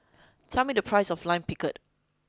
tell me the price of Lime Pickle